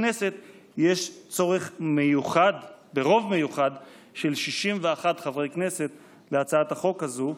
הכנסת יש צורך מיוחד ברוב מיוחד של 61 חברי כנסת להצעת החוק הזאת,